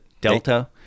delta